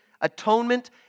atonement